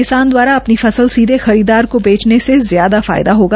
किसान द्वारा अपनी फसल सीधे खरीदार को बेचने से ज्यादा फायदा होगा